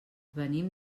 venim